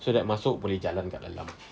so that masuk boleh jalan kat dalam